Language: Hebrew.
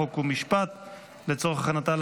חוק ומשפט נתקבלה.